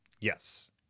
Yes